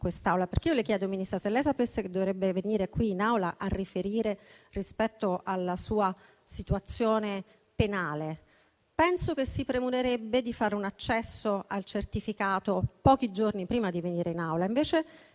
mentire. Infatti, signora Ministra, se lei sapesse che deve venire in Aula a riferire rispetto alla sua situazione penale, penso che si premurerebbe di fare un accesso al certificato pochi giorni prima di venire in Aula. Invece